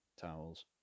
towels